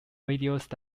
videos